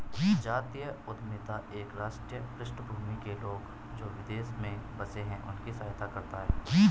जातीय उद्यमिता एक ही राष्ट्रीय पृष्ठभूमि के लोग, जो विदेश में बसे हैं उनकी सहायता करता है